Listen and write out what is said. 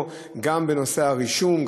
גם בנושא הרישום,